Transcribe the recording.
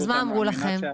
מה אמרו לכם?